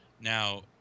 Now